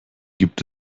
gibt